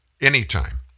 Anytime